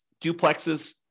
duplexes